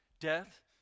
Death